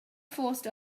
forced